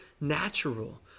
natural